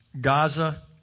Gaza